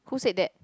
who said that